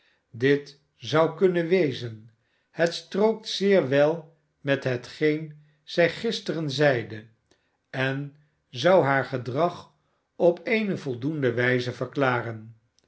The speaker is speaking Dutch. dit zou kunnen wezen het strookt zeer wel met hetgeen zij gisteren zeide en zou haar gedrag op eene voldoende wijze verklaren